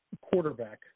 quarterback